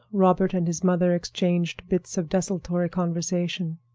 robert and his mother exchanged bits of desultory conversation.